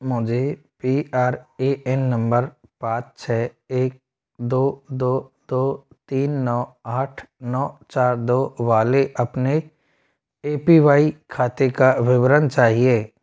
मुझे P R A N number पाँच छः एक दो दो दो तीन नौ आठ नौ चार दो वाले अपने ए पी वाई खाते का विवरण चाहिए